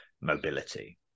mobility